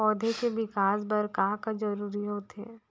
पौधे के विकास बर का का जरूरी होथे?